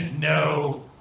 No